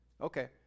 Okay